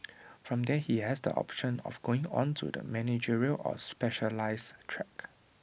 from there he has the option of going on to the managerial or specialise track